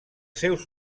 seus